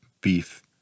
beef